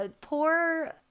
poor